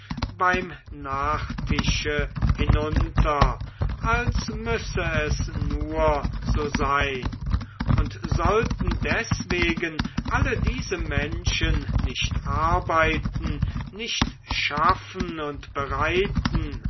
beim nachtische hinunter als müsse es nur so sein und sollten deswegen alle diese menschen nicht arbeiten nicht schaffen und bereiten